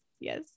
Yes